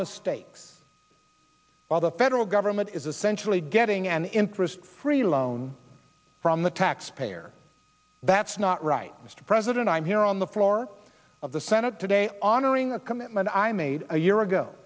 mistakes while the federal government is essentially getting an interest free loan from the taxpayer that's not right mr president i'm here on the floor of the senate today honoring the commitment i made a year ago